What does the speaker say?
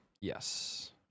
Yes